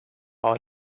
out